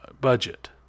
budget